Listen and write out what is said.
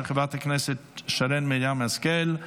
של חברת הכנסת שרן מרים השכל.